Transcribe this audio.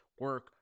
Work